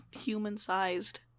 human-sized